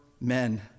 men